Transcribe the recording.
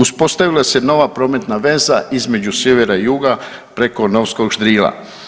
Uspostavila se nova prometna veza između sjevera i juga preko novskog ždrijela.